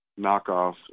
knockoff